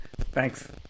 Thanks